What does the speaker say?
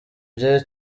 bye